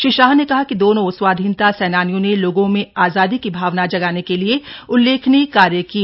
श्री शाह ने कहा कि दोनों स्वाधीनता सेनानियों ने लोगों में आजादी की भावना जगाने के लिए उल्लेखनीय कार्य किए